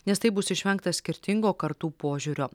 nes taip bus išvengta skirtingo kartų požiūrio